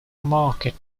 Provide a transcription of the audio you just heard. market